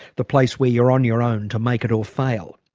the place where you're on your own to make it or fail.